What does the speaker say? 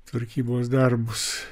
tvarkybos darbus